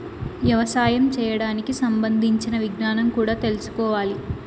యవసాయం చేయడానికి సంబంధించిన విజ్ఞానం కూడా తెల్సుకోవాలి